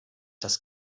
das